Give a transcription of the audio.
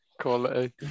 Quality